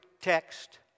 text